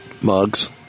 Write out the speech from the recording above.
mugs